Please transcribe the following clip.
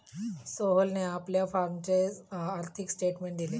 सोहेलने आपल्या फॉर्मचे आर्थिक स्टेटमेंट दिले